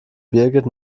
birgit